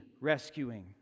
rescuing